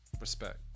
Respect